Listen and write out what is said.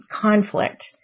conflict